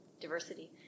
diversity